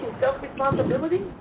self-responsibility